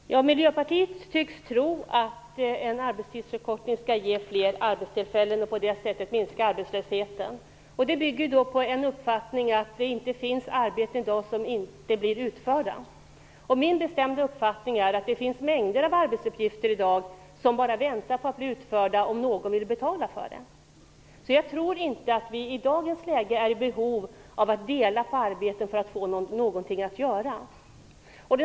Fru talman! Miljöpartiet tycks tro att en arbetstidsförkortning skall ge fler arbetstillfällen och därigenom minska arbetslösheten. Det bygger på att det i dag skulle finnas arbetsuppgifter som inte blir utförda. Min bestämda uppfattning är att det i dag finns mängder av arbetsuppgifter som bara väntar på att blir utförda, om någon vill betala för det. Jag tror därför inte att vi i dagens läge har behov av att dela på arbetet för att få något att göra.